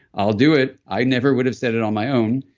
i'll do it. i never would have said it on my own,